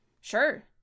sure